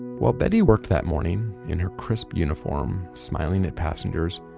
while betty worked that morning in her crisp uniform, smiling at passengers,